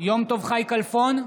יום טוב חי כלפון,